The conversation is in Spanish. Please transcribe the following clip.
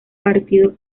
partido